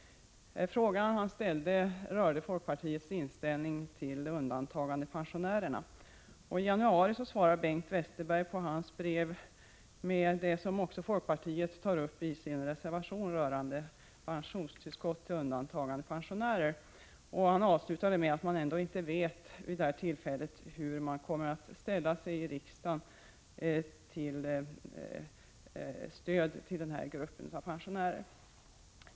Frågan rörde folkpartiets inställning till undantagandepensionärerna. I januari svarade Bengt Westerberg på hans brev med det resonemang som folkpartiet för i sin reservation rörande pensionstillskott till undantagandepensionärer. Han avslutade brevet med att skriva att man ännu inte vet hur man kommer att ställa sig i riksdagen när det gäller stöd till denna grupp av pensionärer.